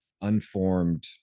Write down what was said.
unformed